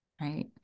Right